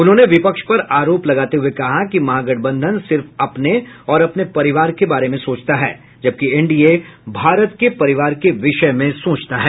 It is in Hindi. उन्होंने विपक्ष पर आरोप लगाते हुए कहा कि महागठबंधन सिर्फ अपने और अपने परिवार के बारे में सोचता है जबकि एनडीए भारत के परिवार के विषय में सोचता है